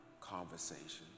conversations